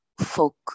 folk